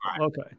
okay